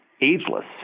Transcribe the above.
ageless